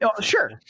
Sure